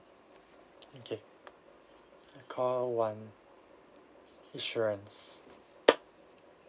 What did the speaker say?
K call one insurance